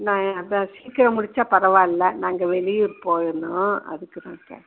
நான் அதுதான் சீக்கிரம் முடித்தா பரவாயில்ல நாங்கள் வெளியே போயிடணும் அதுக்கு தான் கேட்